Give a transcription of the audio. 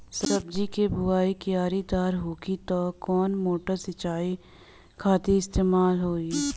सब्जी के बोवाई क्यारी दार होखि त कवन मोटर सिंचाई खातिर इस्तेमाल होई?